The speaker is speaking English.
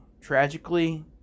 tragically